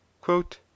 quote